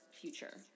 future